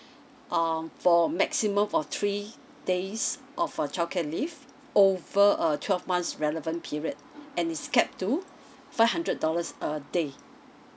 uh for maximum of three days of uh childcare leave over a twelve months relevant period and it's capped to five hundred dollars a day